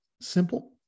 simple